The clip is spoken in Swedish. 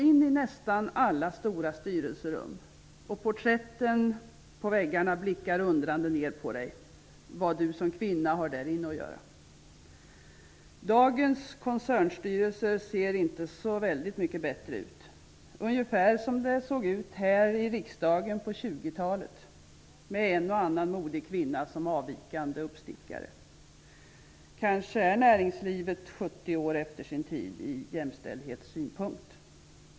I nästan alla stora styrelserum blickar porträtten på väggarna ner på mig, undrande vad jag som kvinna har därinne att göra. Dagens koncernstyrelser ser inte särskilt mycket bättre ut -- ungefär som det såg ut här i riksdagen på 20-talet, med en och annan modig kvinna som avvikande uppstickare. Kanske är näringslivet 70 år efter sin tid från jämställdhetssynpunkt?